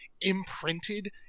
imprinted